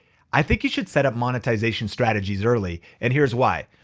i think you should set up monetization strategies early. and here's why,